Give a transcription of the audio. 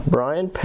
Brian